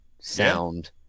sound